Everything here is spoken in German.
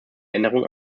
änderung